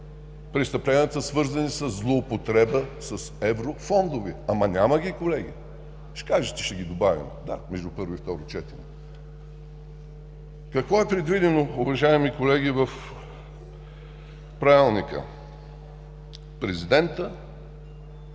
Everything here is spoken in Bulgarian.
престъпленията, свързани със злоупотреба с еврофондове! Няма ги, колеги! Ще кажете, че ще ги добавим – да, между първо и второ четене. Какво е предвидено, уважаеми колеги, в Правилника? Президентът